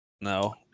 No